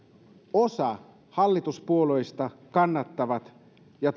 osa hallituspuolueista kannattaa ja